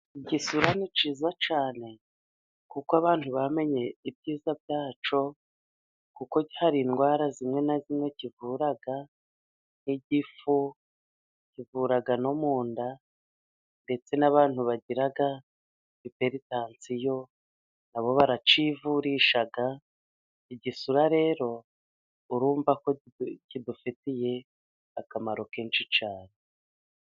Igisura ni cyiza cyane kuko abantu bamenye ibyiza byacyo, kuko hari indwara zimwe na zimwe kivura nk'igifu. Kivura no mu nda ndetse n'abantu bagira iperitansiyo na bo baracyivurisha. igisura rero urumva ko kidufitiye akamaro kenshi cyane.